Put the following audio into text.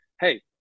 Hey